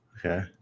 Okay